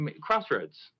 crossroads